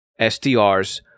SDRs